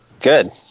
Good